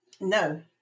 no